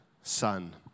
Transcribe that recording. son